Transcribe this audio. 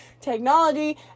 Technology